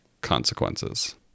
consequences